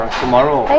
tomorrow